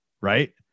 right